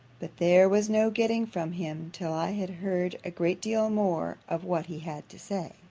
but there was no getting from him, till i had heard a great deal more of what he had to say.